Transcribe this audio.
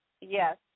Yes